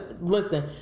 listen